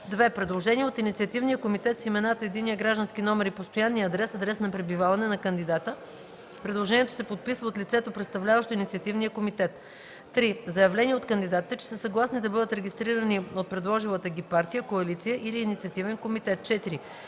2. предложение от инициативния комитет с имената, единния граждански номер и постоянния адрес (адрес на пребиваване) на кандидата; предложението се подписва от лицето, представляващо инициативния комитет; 3. заявления от кандидатите, че са съгласни да бъдат регистрирани от предложилата ги партия, коалиция или инициативен комитет; 4.